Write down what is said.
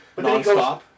nonstop